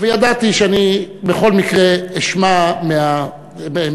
וידעתי שאני בכל מקרה אשמע מהממונה,